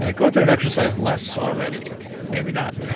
and go through an exercise less already. okay. maybe not,